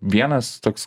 vienas toks